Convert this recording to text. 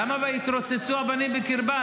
למה "ויתרצצו הבנים בקרבה"?